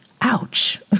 ouch